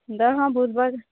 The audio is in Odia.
ଦେ ହଁ ବହୁତ ବାଦ